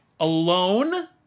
alone